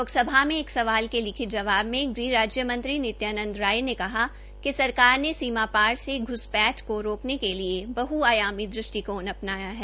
लोकसभा में एक सवाल के लिखित जवाब में गृह राज्य मंत्री नित्यानंद राय ने कहा कि सरकार ने सीमा पार से घ्सपैठ को रोकने के लिये बह आयामी दृष्टिकोण अपनाया है